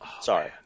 Sorry